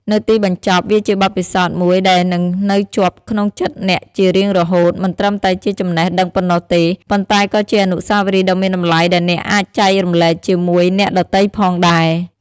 នៅទីបញ្ចប់ វាជាបទពិសោធន៍មួយដែលនឹងនៅជាប់ក្នុងចិត្តអ្នកជារៀងរហូត មិនត្រឹមតែជាចំណេះដឹងប៉ុណ្ណោះទេ ប៉ុន្តែក៏ជាអនុស្សាវរីយ៍ដ៏មានតម្លៃដែលអ្នកអាចចែករំលែកជាមួយអ្នកដទៃផងដែរ។